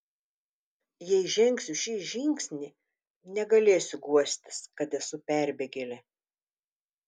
jei žengsiu šį žingsnį negalėsiu guostis kad esu perbėgėlė